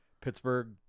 Pittsburgh-